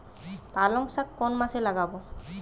পালংশাক কোন মাসে লাগাব?